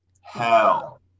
Hell